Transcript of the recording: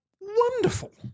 wonderful